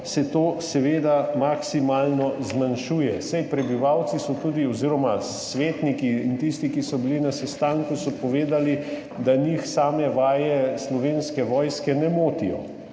se to seveda maksimalno zmanjšuje, saj so prebivalci oziroma svetniki in tisti, ki so bili na sestanku, povedali, da njih same vaje slovenske vojske ne motijo.